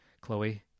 Chloe